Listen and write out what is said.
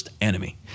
enemy